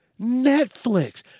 Netflix